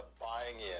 buying-in